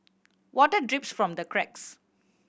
water drips from the cracks